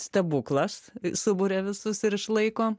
stebuklas suburia visus ir išlaiko